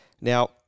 Now